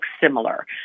similar